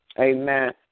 Amen